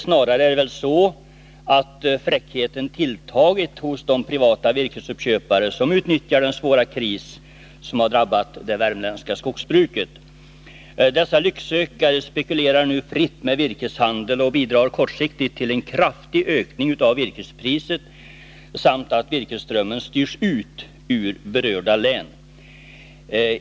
Snarare är det väl så att fräckheten tilltagit hos de privata virkesuppköpare som utnyttjar den svåra kris som har drabbat det värmländska skogsbruket. Dessa lycksökare spekulerar nu fritt med virkeshandel och bidrar kortsiktigt till en kraftig ökning av virkespriset samt till att virkesströmmen styrs ut ur berörda län.